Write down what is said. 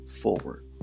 forward